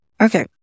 Okay